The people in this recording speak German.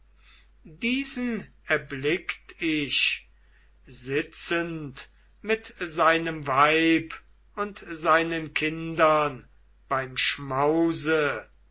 diesen erblickt ich sitzend mit seinem weib und seinen kindern beim schmause